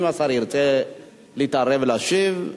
אם השר ירצה להתערב ולהשיב,